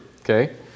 Okay